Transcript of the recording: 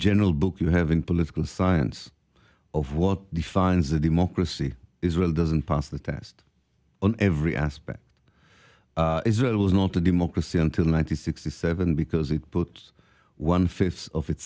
general book you have in political science of what defines a democracy israel doesn't pass the test on every aspect israel was not a democracy until nine hundred sixty seven because it puts one fifth of its